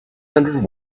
hundred